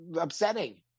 upsetting